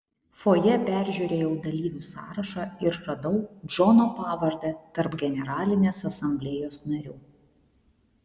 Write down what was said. fojė peržiūrėjau dalyvių sąrašą ir radau džono pavardę tarp generalinės asamblėjos narių